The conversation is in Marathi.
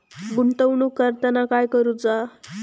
गुंतवणूक करताना काय करुचा?